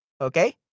Okay